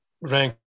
rank